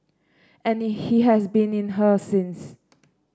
and he has been in her since